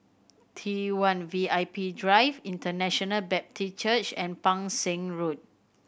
T One V I P Drive International Baptist Church and Pang Seng Road